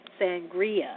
Sangria